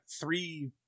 three